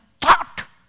thought